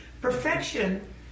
Perfection